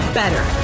better